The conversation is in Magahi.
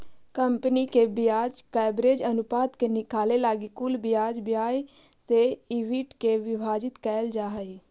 कंपनी के ब्याज कवरेज अनुपात के निकाले लगी कुल ब्याज व्यय से ईबिट के विभाजित कईल जा हई